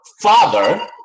father